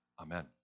Amen